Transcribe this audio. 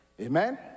Amen